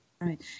Right